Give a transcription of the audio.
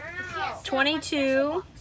22